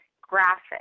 graphic